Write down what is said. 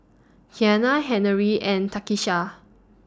Kiana Henery and Takisha